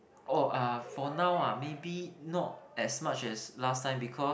oh uh for now ah maybe not as much as last time because